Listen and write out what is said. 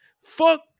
Fuck